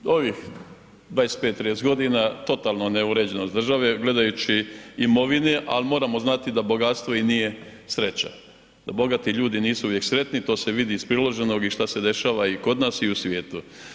Do ovih 25, 30 godina totalno neuređenost države gledajući imovine ali moramo znati da bogatstvo i nije sreće, da bogati ljudi nisu uvijek sretni, to se vidi iz priloženog i šta se dešava i kod nas i u svijetu.